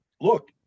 look